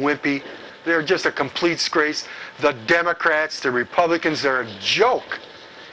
wimpy they are just a complete screes the democrats the republicans are a joke